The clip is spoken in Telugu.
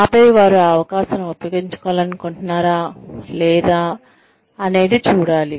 ఆపై వారు ఆ అవకాశాన్ని ఉపయోగించుకోవాలనుకుంటున్నారా లేదా అని చూడండి